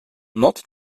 nord